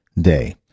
day